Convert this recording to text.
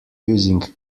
using